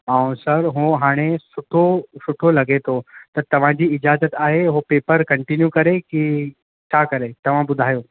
ऐं सर हू हाणे सुठो सुठो लॻे थो त तव्हां जी इज़ाजत आहे हो पेपर कंटीन्यू करे की छा करे तव्हां ॿुधायो